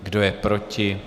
Kdo je proti?